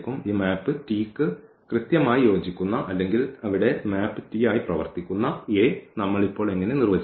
ഈ map T ക്ക് കൃത്യമായി യോജിക്കുന്ന അല്ലെങ്കിൽ അവിടെ ഈ മാപ്പ് T ആയി പ്രവർത്തിക്കുന്ന A നമ്മൾ ഇപ്പോൾ എങ്ങനെ നിർവചിക്കും